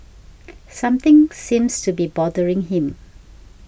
something seems to be bothering him